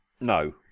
No